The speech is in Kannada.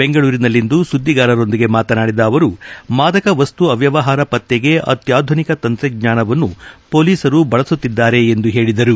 ಬೆಂಗಳೂರಿನಲ್ಲಿಂದು ಸುದ್ದಿಗಾರರೊಂದಿಗೆ ಮಾತನಾಡಿದ ಅವರು ಮಾದಕ ವಸ್ತು ಅವ್ವವಹಾರ ಪತ್ರೆಗೆ ಅತ್ಲಾಧುನಿಕ ತಂತ್ರಜ್ಞಾನವನ್ನು ಪೊಲೀಸರು ಬಳಸುತ್ತಿದ್ಲಾರೆ ಎಂದು ಹೇಳಿದರು